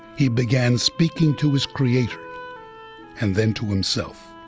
he began speaking to his creator and then to himself.